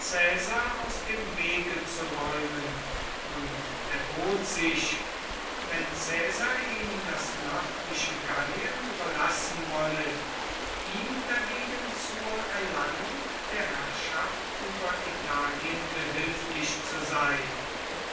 aus dem wege zu räumen und erbot sich wenn caesar ihm das nördliche gallien überlassen wolle ihm dagegen zur erlangung der herrschaft über italien behilflich zu sein